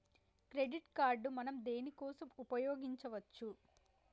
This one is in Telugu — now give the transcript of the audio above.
క్రెడిట్ కార్డ్ మనం దేనికోసం ఉపయోగించుకోవచ్చు?